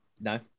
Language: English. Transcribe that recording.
No